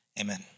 amen